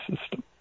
system